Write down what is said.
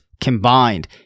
combined